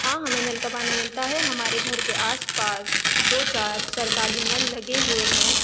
ہاں ہمیں نل کا پانی ملتا ہے ہمارے گھر کے آس پاس دو چار سرکاری نل لگے ہوئے ہیں